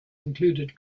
include